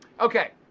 okay.